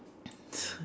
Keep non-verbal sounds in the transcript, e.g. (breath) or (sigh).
(breath)